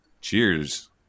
cheers